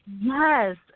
Yes